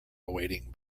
awaiting